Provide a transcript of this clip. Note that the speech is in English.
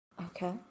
Okay